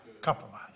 Compromise